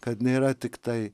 kad nėra tiktai